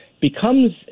becomes